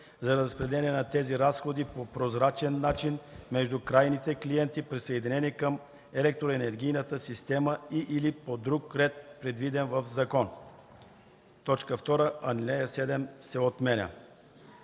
за разпределение на тези разходи по прозрачен начин между крайните клиенти, присъединени към електроенергийната система и/или по друг ред, предвиден в закон.” 2. Алинея 7 се отменя.”